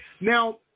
Now